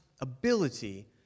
ability